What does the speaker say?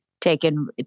taken